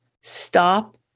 Stop